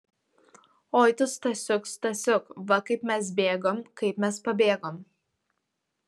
oi tu stasiuk stasiuk va kaip mes bėgom kaip mes pabėgom